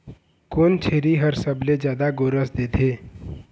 कोन छेरी हर सबले जादा गोरस देथे?